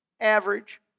average